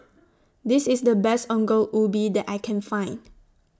This IS The Best Ongol Ubi that I Can Find